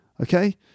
Okay